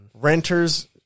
Renters